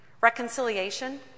Reconciliation